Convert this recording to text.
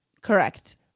Correct